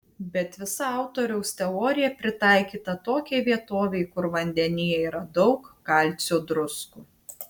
bet visa autoriaus teorija pritaikyta tokiai vietovei kur vandenyje yra daug kalcio druskų